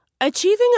Achieving